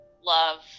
love